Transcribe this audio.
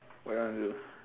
what you wanna do